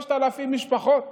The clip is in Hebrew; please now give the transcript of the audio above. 3,000 משפחות.